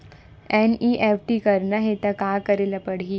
NEFT करना हे त का करे ल पड़हि?